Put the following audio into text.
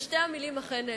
ושתי המלים אכן נאמרו: